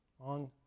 on